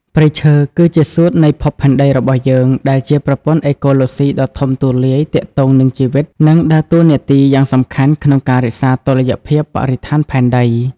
ព្រៃឈើ គឺជាសួតនៃភពផែនដីរបស់យើង ដែលជាប្រព័ន្ធអេកូឡូស៊ីដ៏ធំទូលាយទាក់ទងនឹងជីវិត និងដើរតួនាទីយ៉ាងសំខាន់ក្នុងការរក្សាតុល្យភាពបរិស្ថានផែនដី។